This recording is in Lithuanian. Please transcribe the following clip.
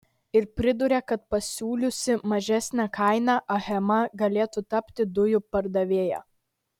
ir priduria kad pasiūliusi mažesnę kainą achema galėtų tapti dujų pardavėja